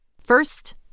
First